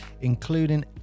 including